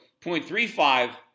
0.35